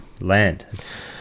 land